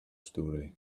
story